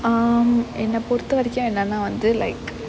um என்ன பொறுத்த வரைக்கும் என்னன்னா வந்து:enna porutha varaikkum enananaa vanthu like